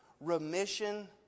remission